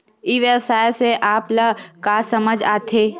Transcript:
ई व्यवसाय से आप ल का समझ आथे?